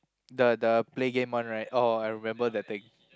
the the play game one right orh I remember that thing